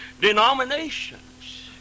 denominations